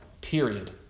period